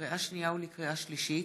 לקריאה שנייה ולקריאה שלישית: